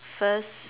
first